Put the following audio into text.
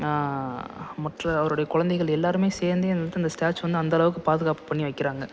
மற்ற அவருடைய குழந்தைகள் எல்லோருமே சேந்து எந்தெந்த ஸ்டேச்சு வந்து அந்தளவுக்கு பாதுகாப்பு பண்ணி வைக்கிறாங்க